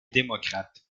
démocrate